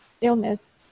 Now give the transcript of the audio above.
illness